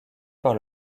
par